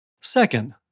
Second